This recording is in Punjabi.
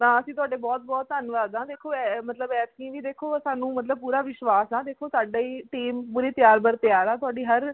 ਤਾਂ ਅਸੀਂ ਤੁਹਾਡੇ ਬਹੁਤ ਬਹੁਤ ਧੰਨਵਾਦ ਹਾਂ ਦੇਖੋ ਐ ਮਤਲਬ ਐਤਕੀ ਵੀ ਦੇਖੋ ਸਾਨੂੰ ਮਤਲਬ ਪੂਰਾ ਵਿਸ਼ਵਾਸ ਆ ਦੇਖੋ ਸਾਡਾ ਈ ਟੀਮ ਪੂਰੀ ਤਿਆਰ ਬਰ ਤਿਆਰ ਆ ਤੁਹਾਡੀ ਹਰ